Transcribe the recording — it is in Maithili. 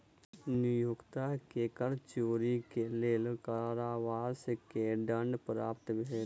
नियोक्ता के कर चोरी के लेल कारावास के दंड प्राप्त भेलैन